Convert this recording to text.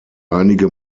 einige